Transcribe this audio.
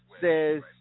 says